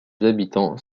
habitants